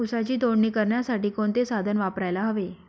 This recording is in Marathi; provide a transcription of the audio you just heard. ऊसाची तोडणी करण्यासाठी कोणते साधन वापरायला हवे?